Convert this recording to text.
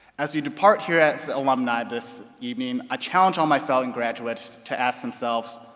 as you depart here as alumni this evening, i challenge all my fellow and graduates to ask themselves,